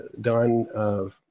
Don